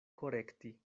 korekti